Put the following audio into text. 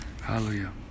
hallelujah